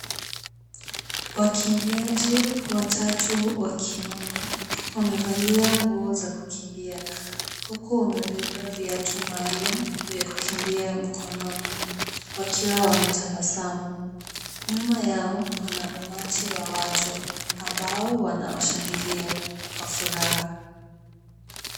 Wakimbiaji watatu wa kiume wamevalia nguo za kukimbia huku wamebeba viatu maalum vya kukimbia mkononi wakiwa wametabasamu. Nyuma yao kuna umati wa watu ambao wanawashangilia kwa furaha.